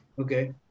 okay